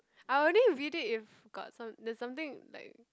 I only read it if got some there's something like